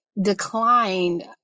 declined